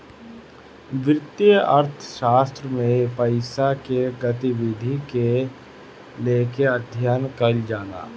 वित्तीय अर्थशास्त्र में पईसा के गतिविधि के लेके अध्ययन कईल जाला